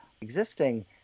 existing